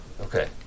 okay